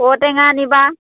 ঔ টেঙা আনিবা